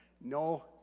no